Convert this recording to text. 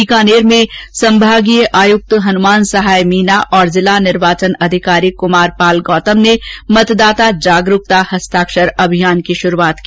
बीकानेर में संभागीय आयुक्त हनुमान सहाय मीना और जिला निर्वाचन अधिकारी कुमारपाल गौतम ने मतदाता जागरूकता हस्ताक्षर अभियान की शुरूआत की